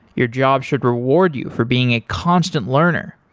your job should reward you for being a constant learner,